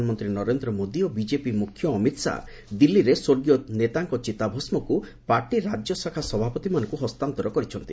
ପ୍ରଧାନମନ୍ତ୍ରୀ ନରେନ୍ଦ୍ର ମୋଦି ଓ ବିକେପି ମୁଖ୍ୟ ଅମିତ୍ ଶାହା ଦିଲ୍ଲୀରେ ସ୍ୱର୍ଗୀୟ ନେତାଙ୍କ ଚିତାଭସ୍କକୁ ପାର୍ଟି ରାଜ୍ୟଶାଖା ସଭାପତିମାନଙ୍କୁ ହସ୍ତାନ୍ତର କରିଛନ୍ତି